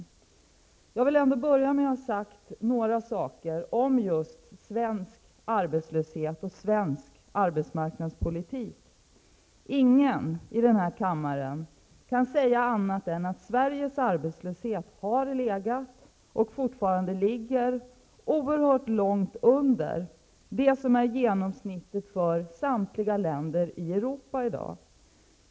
n Jag vill ändå börja med att säga några saker om svensk arbetslöshet och svensk arbetsmarknadspolitik. Ingen i den här kammaren kan säga annat än att Sveriges arbetslöshet har legat, och fortfarande ligger, oerhört långt under genomsnittet för samtliga länder i Europa i dag.